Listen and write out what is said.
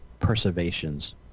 perservations